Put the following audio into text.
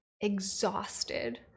exhausted